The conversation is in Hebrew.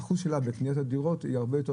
האחוז שלה בקניית דירות הוא הרבה יותר